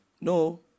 No